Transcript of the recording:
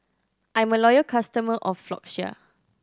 I'm a loyal customer of Floxia